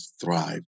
thrive